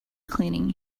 cleaning